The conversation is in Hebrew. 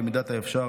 במידת האפשר,